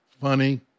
Funny